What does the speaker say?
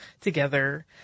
together